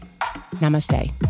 Namaste